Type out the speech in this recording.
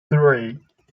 three